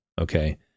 Okay